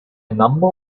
number